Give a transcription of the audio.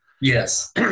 yes